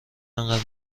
اینقدر